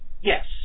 Yes